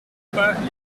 pas